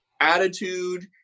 attitude